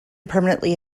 permanently